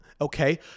Okay